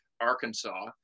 Arkansas